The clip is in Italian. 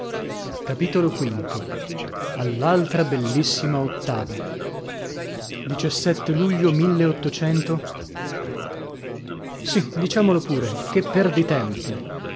tutto v all'altra bellissima ottava luglio sì diciamolo pure che perditempi